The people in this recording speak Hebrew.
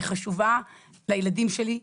היא חשובה לילדים שלי,